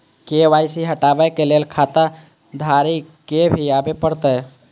KYC हटाबै के लैल खाता धारी के भी आबे परतै?